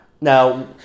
Now